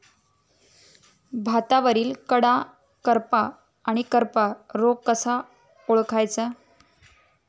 भातावरील कडा करपा आणि करपा रोग कसा ओळखायचा?